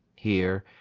here,